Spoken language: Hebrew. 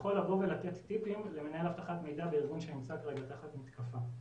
יכול לבוא ולתת טיפים למנהל אבטחת מידע בארגון שנמצא כרגע תחת מתקפה.